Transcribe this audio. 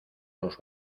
los